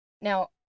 Now